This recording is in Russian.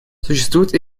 существует